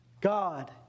God